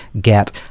get